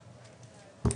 בבקשה.